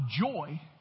joy